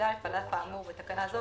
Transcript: (יד) על אף האמור בתקנה זו,